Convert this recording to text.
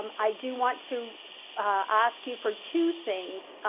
um i do want to ask you for two things